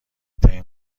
ترین